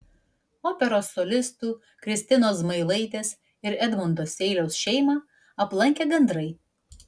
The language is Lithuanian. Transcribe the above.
operos solistų kristinos zmailaitės ir edmundo seiliaus šeimą aplankė gandrai